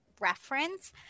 reference